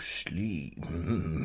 sleep